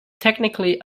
technically